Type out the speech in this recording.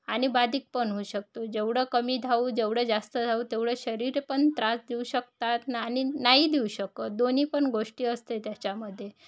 आणि बाधक पण होऊ शकतो जेवढं कमी धावू जेवढं जास्त धावू तेवढं शरीर पण त्रास देऊ शकतात आणि नाही देऊ शकत दोन्ही पण गोष्टी असते त्याच्यामध्ये